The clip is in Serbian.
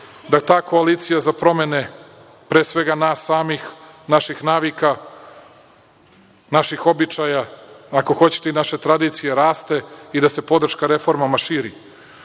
da ta koalicija za promene, pre svega nas samih, naših navika, naših običaja, ako hoćete i naše tradicije raste i da se podrška reformama širi.I